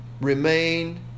remain